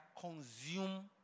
consume